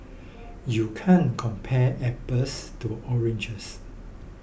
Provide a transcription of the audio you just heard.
you can't compare apples to oranges